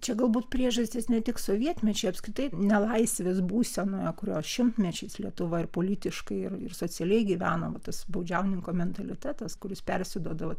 čia galbūt priežastis ne tik sovietmečiu apskritai nelaisvės būsenoje kurioj šimtmečiais lietuva ir politiškai ir socialiai gyveno tas baudžiauninko mentalitetas kuris persiduodavo